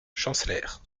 chancelèrent